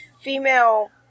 female